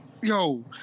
yo